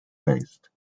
based